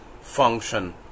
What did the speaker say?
function